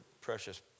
precious